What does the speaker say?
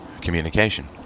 communication